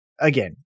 again